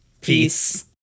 Peace